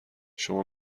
شما